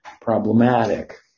problematic